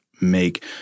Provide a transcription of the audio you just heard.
make